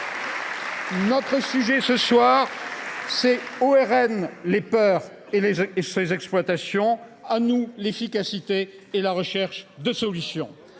notre sujet de ce soir, au RN les peurs et leur exploitation, à nous l’efficacité et la recherche de solutions